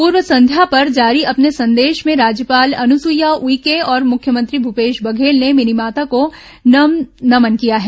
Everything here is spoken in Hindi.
पूर्व संध्या पर जारी अपने संदेश में राज्यपाल अनुसुईया उइके और मुख्यमंत्री भूपेश बघेल ने मिनीमाता को नमन किया है